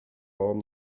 baum